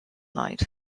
night